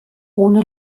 ohne